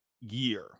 year